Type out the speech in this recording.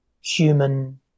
human